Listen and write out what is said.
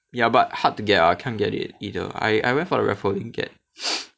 ya but hard to get ah I can't get it either I I went for the raffle didn't get